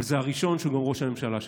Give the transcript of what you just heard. אבל זה הראשון שהוא גם ראש הממשלה שלי.